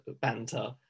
banter